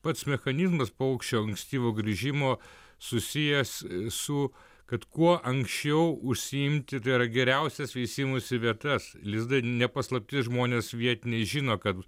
pats mechanizmas paukščio ankstyvo grįžimo susijęs su kad kuo anksčiau užsiimti tai yra geriausias veisimosi vietas lizdai ne paslaptis žmonės vietiniai žino kad